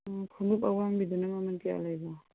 ꯑꯣ ꯈꯣꯡꯎꯞ ꯑꯋꯥꯡꯕꯤꯗꯨꯅ ꯃꯃꯜ ꯀꯌꯥ ꯂꯩꯕ